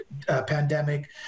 pandemic